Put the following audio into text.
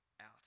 out